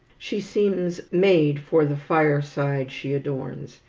she seems made for the fireside she adorns,